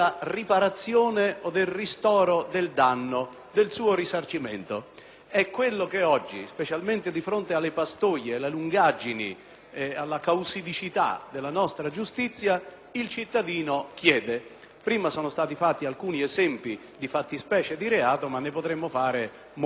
È quello che oggi, specialmente di fronte alle pastoie, alle lungaggini, alla causidicità della nostra giustizia, il cittadino chiede. Prima sono stati fatti alcuni esempi di fattispecie di reato, ma ne potremmo fare molti altri. Quindi, questo principio riparatorio o restitutorio,